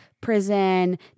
prison